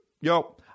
yo